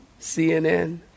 CNN